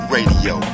Radio